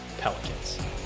Pelicans